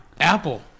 Apple